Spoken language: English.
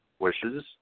wishes